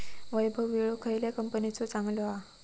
वैभव विळो खयल्या कंपनीचो चांगलो हा?